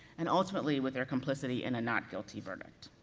and ultimately with their complicity in a not guilty verdict.